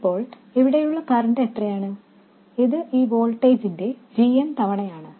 ഇപ്പോൾ ഇവിടെയുള്ള കറൻറ് എത്രയാണ് ഇത് ഈ വോൾട്ടേജിന്റെ gm തവണയാണ്